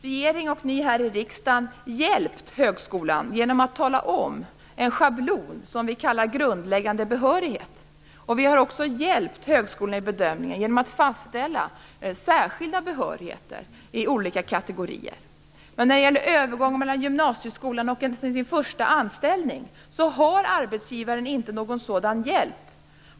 Regeringen och ni här i riksdagen har hjälpt högskolan genom att tala om en schablon, som vi kallar grundläggande behörighet. Vi har också hjälpt högskolan i bedömningen, genom att fastställa särskilda behörigheter i olika kategorier. Men när det gäller övergången mellan gymnasieskolan och en första anställning har arbetsgivaren inte någon sådan hjälp.